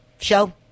show